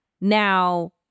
now